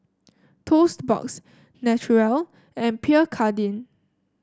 Toast Box Naturel and Pierre Cardin